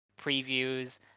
previews